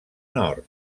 nord